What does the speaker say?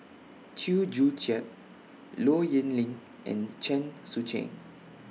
Chew Joo Chiat Low Yen Ling and Chen Sucheng